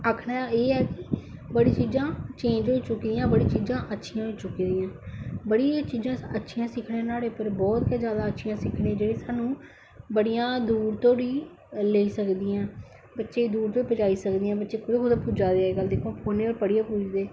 आक्खना ऐ है कि बडी चीजां चेंज होई चुकी दियां बड़ी चीजां अच्छियां होई चुकी दियां बड़ी चीजां अच्छियां सिक्खने कन्ने नुआढ़े उप्पर बहुत गै ज्यादा अच्छियां सिक्खने गी जेहडी सानू बडियां दूर तोड़ी लेई सकदियां ना बच्चे गी दूर तक पजाई सकदियां बच्चे कुत्थे कुत्थे पुज्जा दे अजकल दिक्खो फोने उप्पर पढि़यै